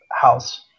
house